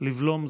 לבלום זאת.